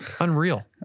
Unreal